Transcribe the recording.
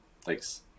Thanks